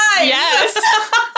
Yes